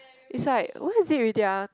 is like what is it already ah